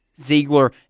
Ziegler